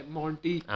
Monty